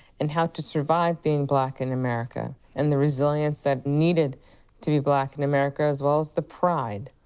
and how to survive being black in america, and the resilience that needed to be black in america, as well as the pride,